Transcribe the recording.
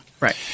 Right